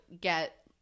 get